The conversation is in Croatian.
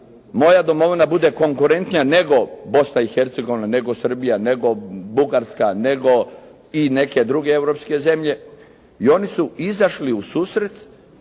moja domovina bude konkurentnija nego Bosna i Hercegovina nego Srbija, nego Bugarska, nego i neke druge europske zemlje i oni su izašli u susret